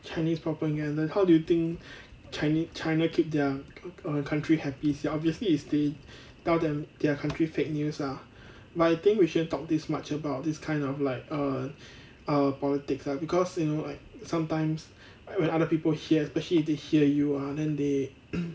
chinese propaganda how do you think china china keep their err country happy sia obviously is they tell them their country fake news ah but I think we shouldn't talk this much about this kind of like err err politics lah because you know like sometimes I when other people hear especially if they hear you ah then they